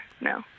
no